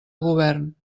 govern